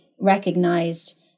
recognized